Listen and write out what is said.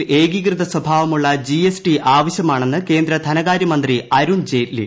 ഈ സ്ഥിതി ഏകീകൃക സ്വാഭാവമുള്ള ജി എസ് ടി ആവശ്യമാണെന്ന് കേന്ദ്ര ധനകാര്യമന്ത്രി അരുൺ ജെയ്റ്റ്ലി